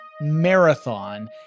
marathon